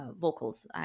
vocals